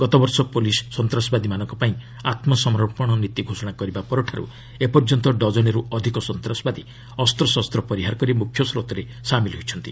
ଗତବର୍ଷ ପୋଲିସ୍ ସନ୍ତାସବାଦୀମାନଙ୍କ ପାଇଁ ଆତ୍ମସମର୍ପଣ ନୀତି ଘୋଷଣା କରିବା ପରଠାରୁ ଏପର୍ଯ୍ୟନ୍ତ ଡଜନେରୁ ଅଧିକ ସନ୍ତାସବାଦୀ ଅସ୍ତ୍ରଶସ୍ତ୍ର ପରିହାର କରି ମୁଖ୍ୟସ୍ରୋତରେ ସାମିଲ ହୋଇଛନ୍ତି